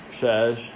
says